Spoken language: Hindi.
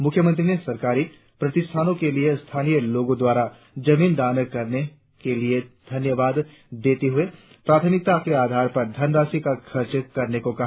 मुख्यमंत्री ने सरकारी प्रतिस्थानो के लिए स्थानीय लोगो द्वारा जमीन दान करने के लिए उन्हे धन्यवाद देते हुए प्राथमिकता के आधार पर धनराशि को खर्च करने को कहा